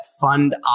fund